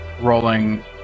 rolling